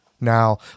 Now